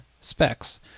specs